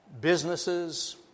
businesses